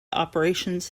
operations